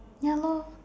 ya lor